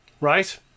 right